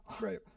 right